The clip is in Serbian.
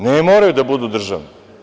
Ne moraju da budu državna.